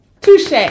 touche